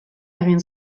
egin